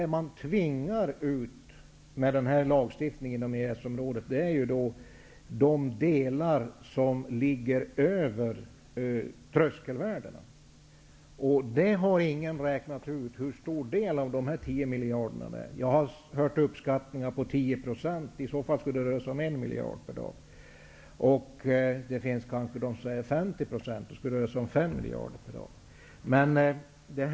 I och med lagstiftningen tvingar man ut de delar av upphandlingen som ligger över tröskelvärdena. Ingen har räknat ut hur stor del av dessa 10 miljarder det blir. Jag har hört uppskattningar på 10 %. I så fall skulle det röra sig om 1 miljard per dag. Det finns de som säger att det skulle röra sig om 50 %, dvs. 5 miljarder per dag.